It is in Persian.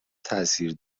تاثیر